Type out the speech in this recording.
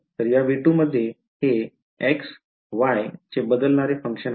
तर या V2 मध्ये हे x y चे बदलणारे फंक्शन आहे